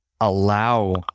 allow